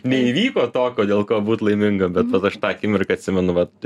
neįvyko tokio dėl ko būt laiminga bet tada aš tą akimirką atsimenu vat